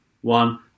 one